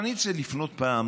אבל אני רוצה לפנות פעם,